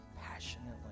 passionately